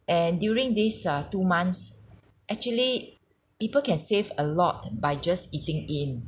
and during this uh two months actually people can save a lot by just eating in